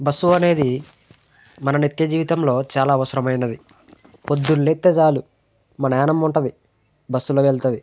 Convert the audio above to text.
bus అనేది మన నిత్య జీవితంలో చాలా అవసరమైనది పొద్దున్న లేస్తే చాలు మా నానమ్మ ఉంటుంది బస్సులో వెళ్తుంది